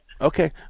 Okay